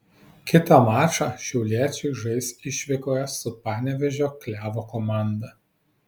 kitą mačą šiauliečiai žais išvykoje su panevėžio klevo komanda